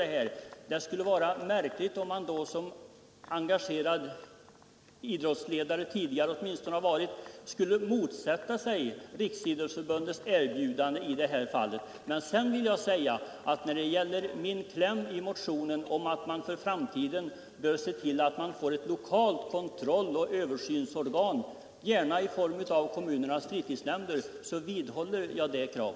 Det skulle vara märkligt om man då som tidigare idrottsledare skulle motsätta sig Riksidrottsförbundets erbjudande i detta fall. Jag har motionerat om att man för framtiden bör se till att få ett lokalt kontrolloch översynsorgan, gärna i form av kommunernas fritidsnämnder. Jag vidhåller detta krav.